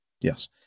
Yes